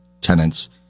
tenants